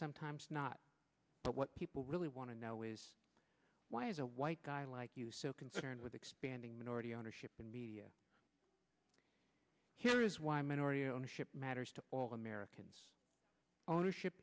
sometimes not but what people really want to know is why is a white guy like you so concerned with expanding minority ownership in media here is why minority ownership matters to all americans ownership